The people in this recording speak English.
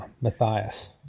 Matthias